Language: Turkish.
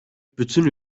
bütün